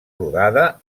rodada